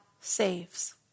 saves